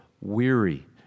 weary